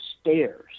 stairs